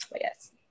yes